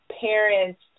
parents